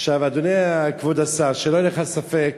עכשיו, אדוני כבוד השר, שלא יהיה לך ספק